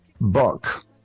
book